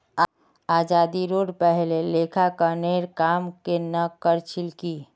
आज़ादीरोर पहले लेखांकनेर काम केन न कर छिल की